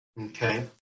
Okay